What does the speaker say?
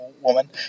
woman